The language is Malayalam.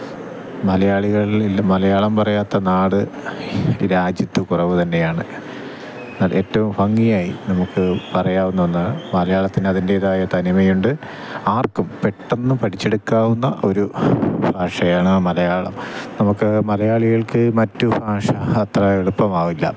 മലയാളികളിൽ മലയാളം പറയാത്ത നാട് ഈ രാജ്യത്ത് കുറവ് തന്നെയാണ് അത് ഏറ്റവും ഭംഗിയായി നമുക്ക് പറയാവുന്നത് മലയാളത്തിന് അതിൻ്റെതായ തനിമയുണ്ട് ആർക്കും പെട്ടന്ന് പഠിച്ചെടുക്കാവുന്ന ഒരു ഭാഷയാണ് മലയാളം നമുക്ക് മലയാളികൾക്ക് മറ്റ് ഭാഷ അത്ര എളുപ്പമാവില്ല